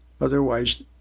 Otherwise